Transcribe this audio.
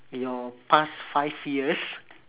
your past five years